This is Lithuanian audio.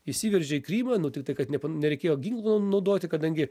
įsiveržė į krymą nu tiktai kad ne nereikėjo ginklų naudoti kadangi